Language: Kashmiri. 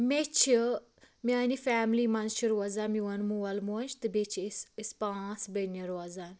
مےٚ چھِ میانہِ فیملی مَنٛز چھِ روزان میون مول موج تہٕ بیٚیہِ چھِ أسۍ أسۍ پانٛژھ بیٚنہِ روزان